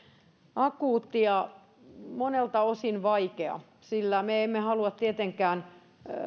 akuutti ja monelta osin vaikea sillä me emme halua tietenkään